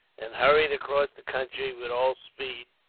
and hurried across the country, with all speed.